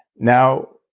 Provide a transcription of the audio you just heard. now,